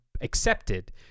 accepted